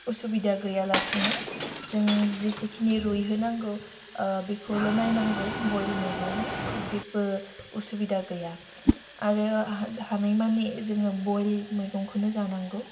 असुबिदा गोयालासिनो जों जेसेखिनि रुयहोनांगौ बेखौल' नायनांगौ बइल मैगङाव जेब्बो असुबिदा गैया आरो हा जा हानायमानि जोङो बइल मैगंखौनो जानांगौ